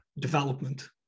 development